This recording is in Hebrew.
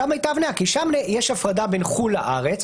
שם הייתה הבניה כי שם יש הפרדה בין חו"ל לארץ,